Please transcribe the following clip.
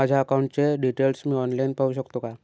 माझ्या अकाउंटचे डिटेल्स मी ऑनलाईन पाहू शकतो का?